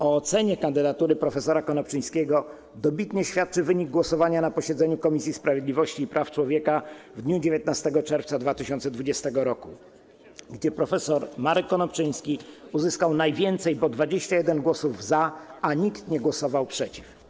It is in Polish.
O ocenie kandydatury prof. Konopczyńskiego dobitnie świadczy wynik głosowania na posiedzeniu Komisji Sprawiedliwości i Praw Człowieka w dniu 19 czerwca 2020 r., gdzie prof. Marek Konopczyński uzyskał najwięcej, bo 21, głosów za, a nikt nie głosował przeciw.